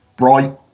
right